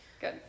Good